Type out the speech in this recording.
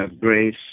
Grace